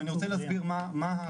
ואני רוצה להסביר מה הקושי,